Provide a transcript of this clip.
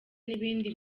n’ibindi